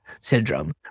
syndrome